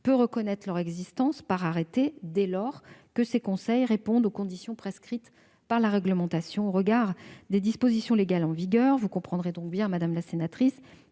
peut reconnaître leur existence par arrêté dès lors que ces conseils répondent aux conditions prescrites par la réglementation. Au regard des dispositions légales en vigueur, vous comprendrez bien, madame la sénatrice,